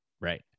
Right